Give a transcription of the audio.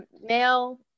Male